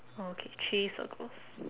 okay three circles